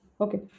Okay